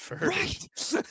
Right